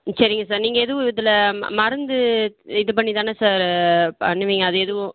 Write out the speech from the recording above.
ம் சரிங்க சார் நீங்கள் எதுவும் இதில் ம மருந்து இது பண்ணி தானே சார் பண்ணுவீங்க அது எதுவும்